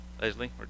Leslie